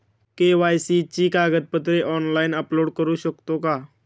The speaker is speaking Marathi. के.वाय.सी ची कागदपत्रे ऑनलाइन अपलोड करू शकतो का?